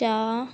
ਜਾਂ